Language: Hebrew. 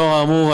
לאור האמור,